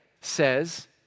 says